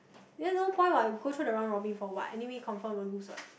then no point what you go through the round Robin for what anyway you confirm won't lose what